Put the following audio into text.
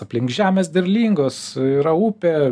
aplink žemės derlingos yra upė